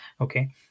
okay